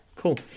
Cool